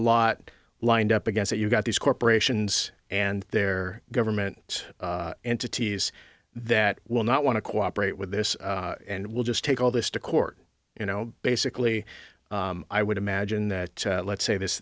lot lined up against it you've got these corporations and their government entities that will not want to cooperate with this and will just take all this to court you know basically i would imagine that let's say this